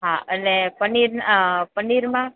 હા અને પનીર પનીરમાં